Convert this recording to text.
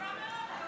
רוצה מאוד,